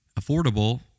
affordable